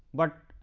but